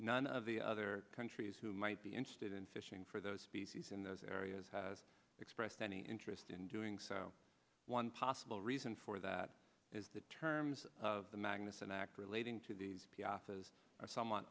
none of the other countries who might be interested in fishing for those species in those areas has expressed any interest in doing so one possible reason for that is the terms of the magnusson act relating to the